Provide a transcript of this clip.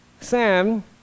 Sam